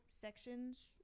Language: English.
sections